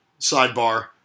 sidebar